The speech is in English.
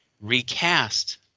recast